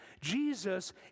Jesus